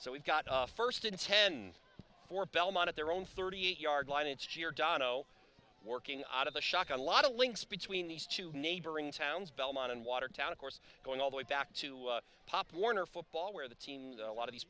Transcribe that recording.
so we've got a first in ten for belmont their own thirty eight yard line it's no working out of the shock a lot of links between these two neighboring towns belmont and watertown of course going all the way back to pop warner football where the team a lot of these